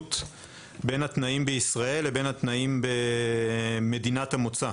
השונות בין התנאים בישראל לבין התנאים במדינת המוצא.